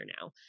now